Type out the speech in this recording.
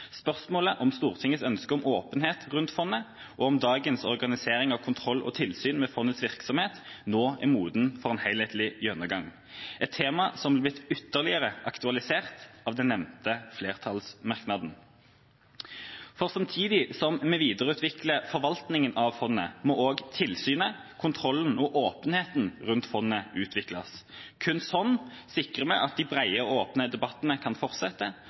spørsmålet om Stortingets ønske om åpenhet rundt fondet, og om dagens organisering av kontroll og tilsyn med fondets virksomhet nå er moden for en helhetlig gjennomgang – et tema som er blitt ytterligere aktualisert av den nevnte flertallsmerknaden. For samtidig som vi videreutvikler forvaltninga av fondet, må også tilsynet, kontrollen og åpenheten rundt fondet utvikles. Kun sånn sikrer vi at de brede og åpne debattene kan fortsette,